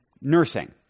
nursing